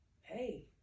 hey